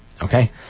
Okay